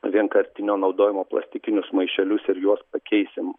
vienkartinio naudojimo plastikinius maišelius ir juos pakeisim